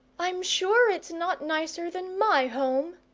i'm sure it's not nicer than my home,